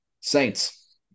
Saints